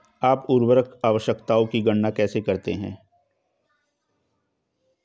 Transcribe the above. आप उर्वरक आवश्यकताओं की गणना कैसे करते हैं?